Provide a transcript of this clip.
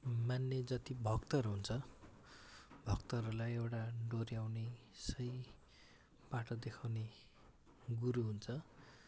मान्ने जति भक्तहरू हुन्छ भक्तहरूलाई एउटा डोहोर्याउने सही बाटो देखाउने गुरु हुन्छ